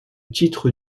titre